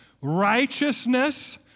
righteousness